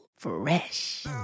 fresh